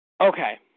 Okay